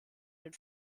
den